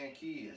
kids